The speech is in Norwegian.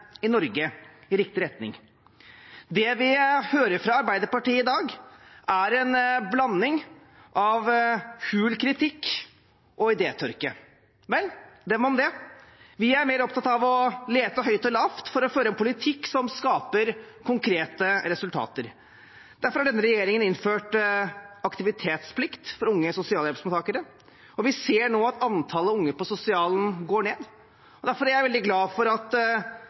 i Norge i riktig retning. Det vi hører fra Arbeiderpartiet i dag, er en blanding av hul kritikk og idétørke. Vel, dem om det, vi er mer opptatt av å lete høyt og lavt for å føre en politikk som skaper konkrete resultater. Derfor har denne regjeringen innført aktivitetsplikt for unge sosialhjelpsmottakere, og vi ser nå at antallet unge på sosialen går ned. Derfor er jeg veldig glad for at